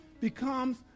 becomes